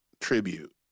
tribute